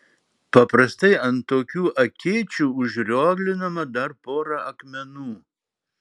paprastai ant tokių akėčių užrioglinama dar pora akmenų